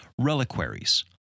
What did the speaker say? reliquaries